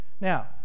Now